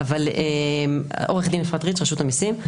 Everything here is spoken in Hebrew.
אני עורכת דין אפרת ריץ, רשות המיסים.